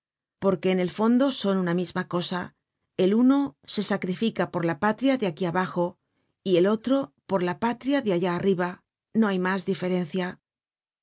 porque en el fondo son una misma cosa el uno se sacrifica por la patria de aquí abajo y el otro por la patria de allá arriba no hay mas diferencia